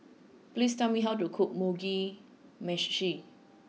please tell me how to cook Mugi meshi